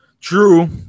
True